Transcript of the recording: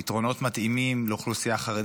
פתרונות מתאימים לאוכלוסייה חרדית.